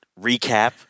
recap